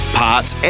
parts